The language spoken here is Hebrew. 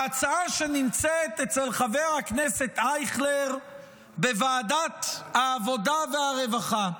ההצעה שנמצאת אצל חבר הכנסת אייכלר בוועדת העבודה והרווחה.